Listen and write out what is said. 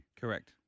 Correct